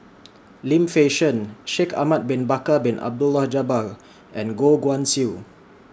Lim Fei Shen Shaikh Ahmad Bin Bakar Bin Abdullah Jabbar and Goh Guan Siew